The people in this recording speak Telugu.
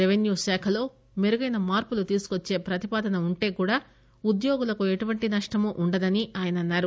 రెవెన్యూ శాఖలో మెరుగైన మార్పులు తీసుకువచ్చే ప్రతిపాదన ఉంటే కూడా ఉద్యోగులకు ఎటువంటి నష్టం లేదని ఆయన అన్నారు